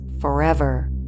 forever